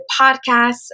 podcasts